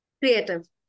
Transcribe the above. Creative